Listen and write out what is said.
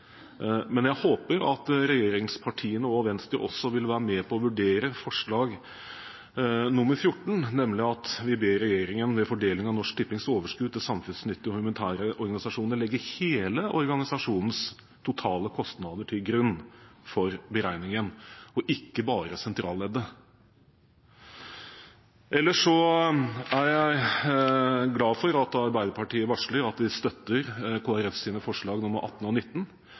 Men jeg håper at regjeringspartiene og Venstre også vil være med på å vurdere forslag nr. 14, nemlig at vi ber regjeringen ved fordelingen av Norsk Tippings overskudd til samfunnsnyttige og humanitære organisasjoner legge hele organisasjonens totale kostnader til grunn for beregningen – og ikke bare sentralleddet. Ellers er jeg glad for at Arbeiderpartiet varsler at de støtter Kristelig Folkepartis forslag nr. 18 og 19